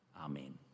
Amen